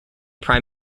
prime